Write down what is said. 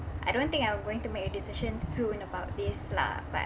I don't think I'm going to make a decision soon about this lah but